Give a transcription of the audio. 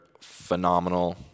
phenomenal